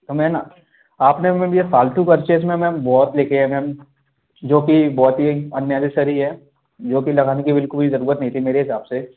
तो मैम आपने मैम ये फालतू खर्चे इसमें मैम बहुत लिखे हैं मैम जोकि बहुत ही अननिसेसरी है जो कि लगाने की बिल्कुल भी जरूरत नहीं थी मेरे हिसाब से